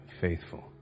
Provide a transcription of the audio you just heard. faithful